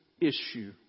issue